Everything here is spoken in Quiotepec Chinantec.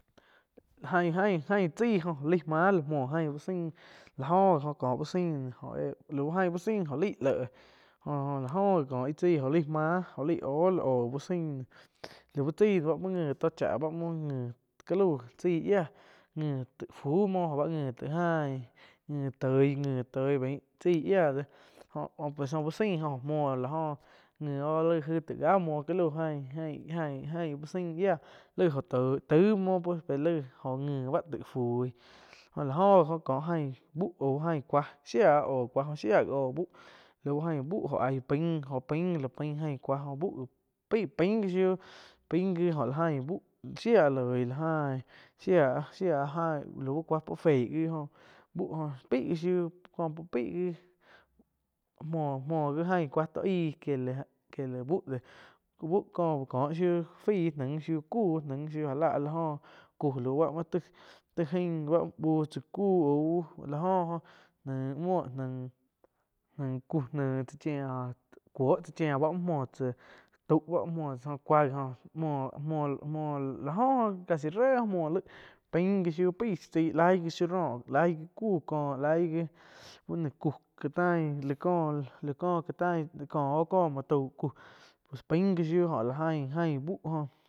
Ain-ain chaí jo laí máh lá muoh ain úh sain lá oh gi oh có uh sain jo lau ain uh sain jó laih léh jo-jo lá oh gi kó ih tsai oh lai máh jo lai hóh lá hóh úh sain lau chái ba muoh ngi tó cha bá muo ngi ca lau chai yia ngi taí fu muoh oh báh ngi taih ain ngi toi ngi toi bain chaí yia de ho oh uh sain jó oj muoh oh ngi oh lai aig ga muo calau ain-ain úh sain lai oh toig, tai muoh pe laig oh ngi báh fui jho la oh gi oh ko ain bú ao ain cuáh shái oh cuá, shia oh oh búh lau ain búh oh aí pein jo pain la pain cuá oh búh pain gi shiuh pain gíh oh lá gain shía loi lá ain shia-shia láu cuá puo fe muoh feih gi ph bu pei gi muo-muo gi ain cua tó ain que que la bú, bú có uh có shiu nai shiu cú áh lá áh la jó ku la ba muo taig, taig aib áh uh tsá ku aú lá oh jo nain muoh nain, nain ku nain tsá chía cuo ts chiá bá muoh muoh tsá tau ba mouh tsá cúa gi oh cua gi muo-muo la oh casi ré muo lai pain gi shiu pai shiu tsai laig gi shiu roh laig gi ku kó laig gi bu no ku ka tain la kó ká tain kó oh có muoh tau ku pain gi shiu oh la ian bú oh.